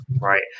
right